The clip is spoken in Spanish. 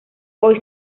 hoy